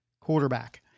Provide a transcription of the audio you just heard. quarterback